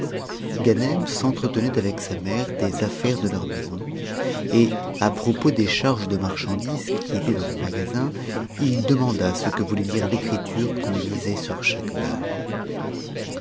s'entretenait avec sa mère des affaires de leur maison et à propos des charges de marchandises qui étaient dans le magasin il demanda ce que voulait dire j'ecriture qu'on usait sur chaque balle